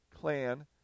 clan